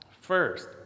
First